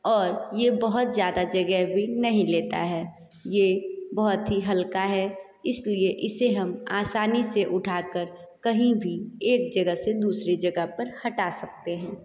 और यह बहुत ज़्यादा जगह भी नहीं लेता है यह बहुत ही हल्का है इसलिए इसे हम आसानी से उठा कर कहीं भी एक जगह से दूसरी जगह पर हटा सकते हैं